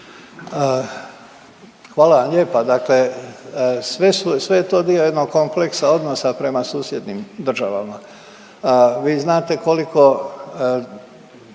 Hvala vam lijepa, dakle sve je to dio jednog kompleksa odnosa prema susjednim državama. Vi znate koliko